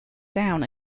down